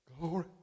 Glory